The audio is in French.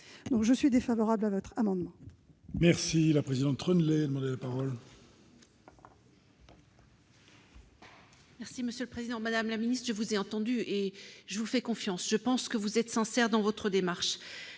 je suis défavorable à cet amendement.